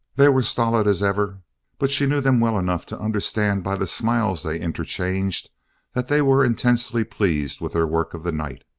they were stolid as ever but she knew them well enough to understand by the smiles they interchanged, that they were intensely pleased with their work of the night.